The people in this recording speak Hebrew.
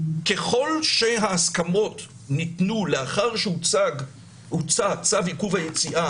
אם ההסכמות ניתנו לאחר שהוצא צו עיכוב היציאה